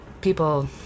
people